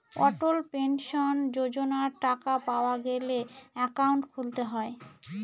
অটল pension যোজনার টাকা পাওয়া গেলে একাউন্ট খুলতে হয়